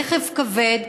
רכב כבד.